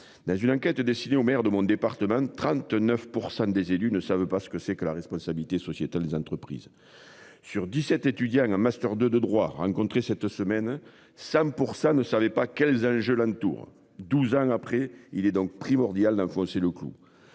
Dans une enquête destinée au maire de mon département 39% des élus ne savent pas ce que c'est que la responsabilité sociétale des entreprises. Sur 17 étudiants en master de, de droit rencontré cette semaine Sam pour ça ne savait pas quels âges l'. 12 ans après, il est donc primordial d'enfoncer le clou.